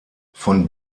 von